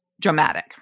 dramatic